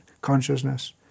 consciousness